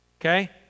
okay